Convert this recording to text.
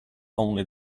only